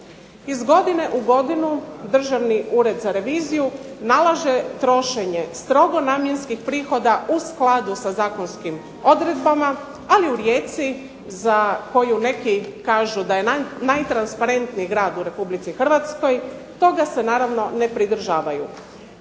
Iz godine u godinu Državni ured za reviziju nalaže trošenje strogo namjenskih prihoda u skladu sa zakonskim odredbama ali u Rijeci za koju neki kažu da je najtransparentniji grad u Republici Hrvatskoj toga se naravno ne pridržavaju.